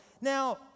Now